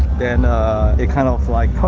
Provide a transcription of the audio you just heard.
then it kind of, like,